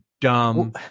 dumb